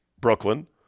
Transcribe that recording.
Brooklyn